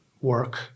work